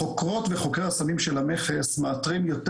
חוקרות וחוקרי הסמים של המכס מאתרים יותר